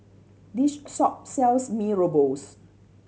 this shop sells Mee Rebus